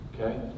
Okay